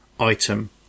item